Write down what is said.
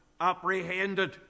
apprehended